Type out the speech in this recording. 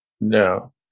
No